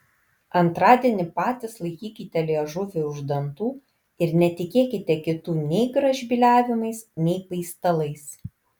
antradienį patys laikykite liežuvį už dantų ir netikėkite kitų nei gražbyliavimais nei paistalais